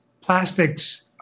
plastics